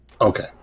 Okay